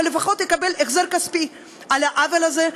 אבל לפחות הוא יקבל החזר כספי על העוול הזה,